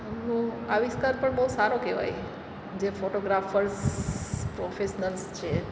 નો આવિષ્કાર પણ બહુ સારો કહેવાય જે ફોટોગ્રાફર્સ પ્રોફેશનલ્સ છે